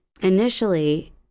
initially